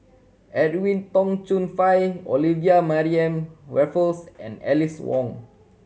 Edwin Tong Chun Fai Olivia Mariamne Raffles and Alice Ong